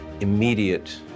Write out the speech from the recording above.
immediate